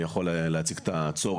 אני יכול להציג את הצורך.